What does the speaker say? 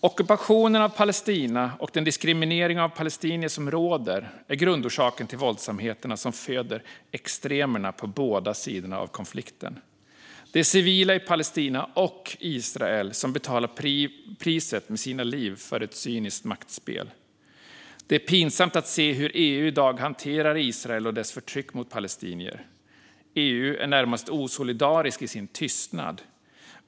Ockupationen av Palestina och den diskriminering av palestinier som råder är grundorsaken till våldsamheterna som föder extremerna på båda sidorna av konflikten. Det är civila i Palestina och Israel som betalar priset med sina liv för ett cyniskt maktspel. Det är pinsamt att se hur EU i dag hanterar Israel och dess förtryck mot palestinier. EU är närmast osolidariskt i sin tystnad.